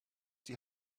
die